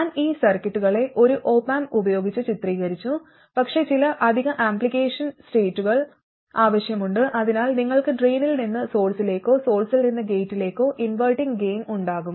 ഞാൻ ഈ സർക്യൂട്ടുകളെ ഒരു ഓപ് ആംപ് ഉപയോഗിച്ച് ചിത്രീകരിച്ചു പക്ഷേ ചില അധിക ആംപ്ലിഫിക്കേഷൻ സ്റ്റേറ്റുകൾ ആവശ്യമുണ്ട് അതിനാൽ നിങ്ങൾക്ക് ഡ്രെയിനിൽ നിന്ന് സോഴ്സിലേക്കോ സോഴ്സിൽ നിന്ന് ഗേറ്റിലേക്കോ ഇൻവെർട്ടിങ് ഗെയിൻ ഉണ്ടാകും